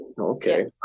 okay